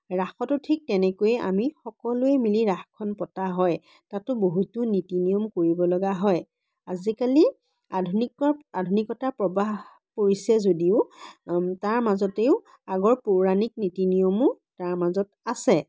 ৰাসতো ঠিক তেনেকৈয়ে আমি সকলোৱে মিলি ৰাসখন পতা হয় তাতো বহুতো নীতি নিয়ম কৰিবলগা হয় আজিকালি আধুনিকৰ আধুনিকতাৰ প্ৰবাহ পৰিছে যদিও তাৰ মাজতেও আগৰ পৌৰাণিক নীতি নিয়মো তাৰ মাজত আছে